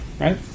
right